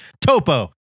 topo